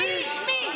מי, מי?